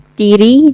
diri